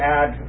add